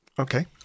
Okay